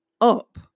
up